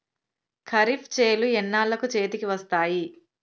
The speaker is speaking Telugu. ఖరీఫ్ చేలు ఎన్నాళ్ళకు చేతికి వస్తాయి?